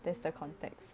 that's the context